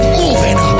moving